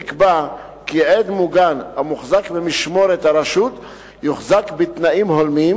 נקבע כי עד מוגן המוחזק במשמורת הרשות יוחזק בתנאים הולמים,